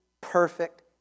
perfect